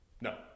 No